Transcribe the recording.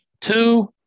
Two